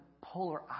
polar